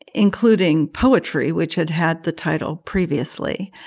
including poetry, which had had the title previously.